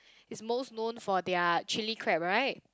is most known for their chilli crab right